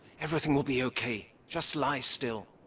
everything will be okay, just lie still.